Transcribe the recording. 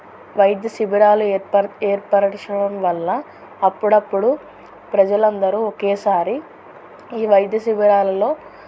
వైద్య శిబిరాలు ఏర్పర్ ఏర్పరచడం వల్ల అప్పుడప్పుడు ప్రజలందరూ ఒకేసారి ఈ వైద్య శిబిరాలలో